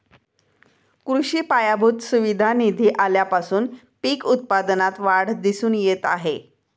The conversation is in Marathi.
कृषी पायाभूत सुविधा निधी आल्यापासून पीक उत्पादनात वाढ दिसून येत आहे